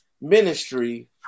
ministry